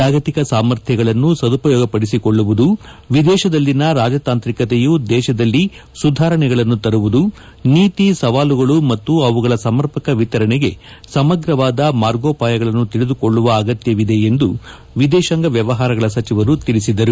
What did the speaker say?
ಜಾಗತಿಕ ಸಾಮರ್ಥ್ನಗಳನ್ನು ಸದುಪಯೋಗಪಡಿಸಿಕೊಳ್ಳುವುದು ವಿದೇಶದಲ್ಲಿನ ರಾಜತಾಂತ್ರಿಕತೆಯು ದೇಶದಲ್ಲಿ ಸುಧಾರಣೆಗಳನ್ನು ತರುವುದು ನೀತಿ ಸವಾಲುಗಳು ಮತ್ತು ಅವುಗಳ ಸಮರ್ಪಕ ವಿತರಣೆಗೆ ಸಮಗ್ರವಾದ ಮಾರ್ಗೋಪಾಯಗಳನ್ನು ತಿಳಿದುಕೊಳ್ಳುವ ಅಗತ್ಯವಿದೆ ಎಂದು ವಿದೇತಾಂಗ ವ್ಲವಹಾರಗಳ ಸಚಿವರು ತಿಳಿಸಿದರು